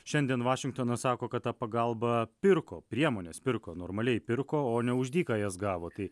šiandien vašingtonas sako kad ta pagalba pirko priemones pirko normaliai pirko o ne už dyką jas gavo tai